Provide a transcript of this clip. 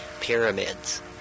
pyramids